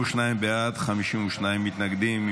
22 בעד, 52 מתנגדים.